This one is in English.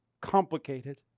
complicated